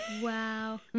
Wow